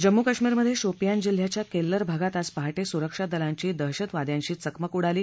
जम्मू कश्मीरमधे शोपियान जिल्ह्याच्या केल्लर भागात आज पहाटे सुरक्षा दलांची दहशतवाद्याशी चकमक उडाली